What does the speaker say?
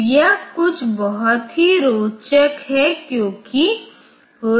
तो software interrupt के बारे में इतना ही